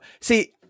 See